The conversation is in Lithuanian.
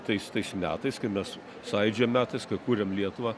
tais tais metais kai mes sąjūdžio metais kai kūrėm lietuvą